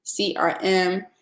CRM